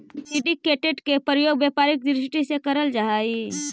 syndicated के प्रयोग व्यापारिक दृष्टि से करल जा हई